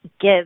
give